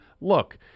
look